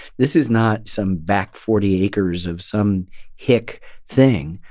this is not some back forty acres of some hick thing,